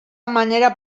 manera